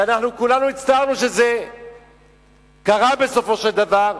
ואנחנו כולנו הצטערנו שזה קרה בסופו של דבר,